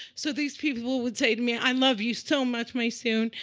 so these people would say to me, i love you so much, maysoon.